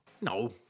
No